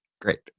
Great